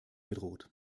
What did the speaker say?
bedroht